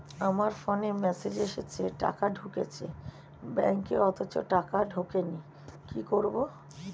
আমার ফোনে মেসেজ এসেছে টাকা ঢুকেছে ব্যাঙ্কে অথচ ব্যাংকে টাকা ঢোকেনি কি করবো?